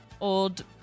old